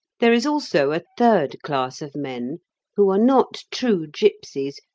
there is also a third class of men who are not true gipsies,